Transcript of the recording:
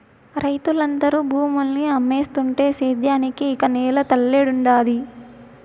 రైతులందరూ భూముల్ని అమ్మేస్తుంటే సేద్యానికి ఇక నేల తల్లేడుండాది